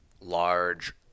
large